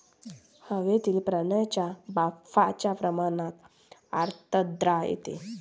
हवेतील पाण्याच्या बाष्पाच्या प्रमाणात आर्द्रता येते